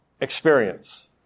experience